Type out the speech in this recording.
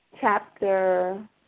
chapter